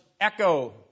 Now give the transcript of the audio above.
echo